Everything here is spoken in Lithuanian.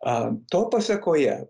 a to pasekoje